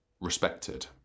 respected